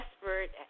desperate